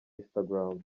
instagram